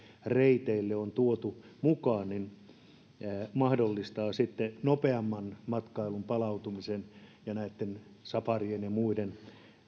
reiteille on tuotu mukaan mahdollistaa sitten matkailun nopeamman palautumisen ja näitten safarien ja muiden